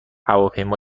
هواپیما